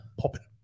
popping